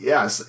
Yes